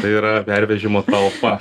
tai yra pervežimo talpa